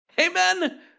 Amen